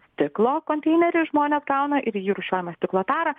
stiklo konteinerį žmonės gauna ir į rūšiuojame stiklo tarą